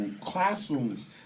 classrooms